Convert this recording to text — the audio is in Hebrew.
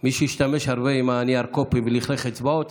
מי שהשתמש הרבה בנייר קופי ולכלך אצבעות,